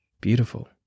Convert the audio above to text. beautiful